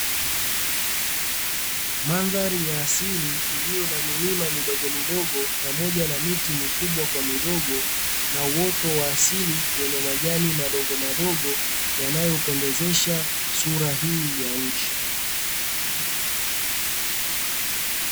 Mandhari ya asili, iliyo na milima midogomidogo pamoja na miti mikubwa kwa midogo na uoto wa asili wenye majani madogomadogo yanayopendezesha sura hii ya nchi.